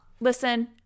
Listen